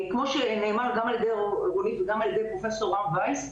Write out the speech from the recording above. כמו שנאמר גם על ידי רונית וגם על ידי פרופ' רם וייס,